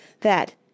that